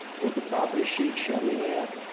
would the property sheet show me that?